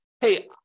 hey